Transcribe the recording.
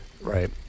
Right